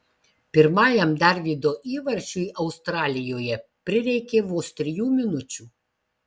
pirmajam darvydo įvarčiui australijoje prireikė vos trijų minučių